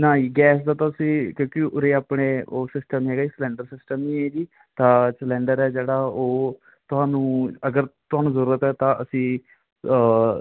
ਨਾ ਜੀ ਗੈਸ ਦਾ ਤੁਸੀਂ ਕਿਉਂਕਿ ਉਰੇ ਆਪਣੇ ਉਹ ਸਿਸਟਮ ਹੈਗਾ ਜੀ ਸਿਲੈਡਰ ਸਿਸਟਮ ਹੀ ਹੈ ਜੀ ਤਾਂ ਸਿਲੈਡਰ ਹੈ ਜਿਹੜਾ ਉਹ ਤੁਹਾਨੂੰ ਅਗਰ ਤੁਹਾਨੂੰ ਜ਼ਰੂਰਤ ਹੈ ਤਾਂ ਅਸੀਂ